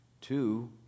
Two